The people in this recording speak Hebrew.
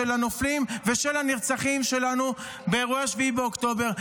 הנופלים ושל הנרצחים שלנו באירועי 7 באוקטובר.